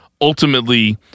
ultimately